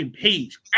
Page